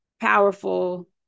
powerful